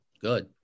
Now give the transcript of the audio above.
good